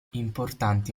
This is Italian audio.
importante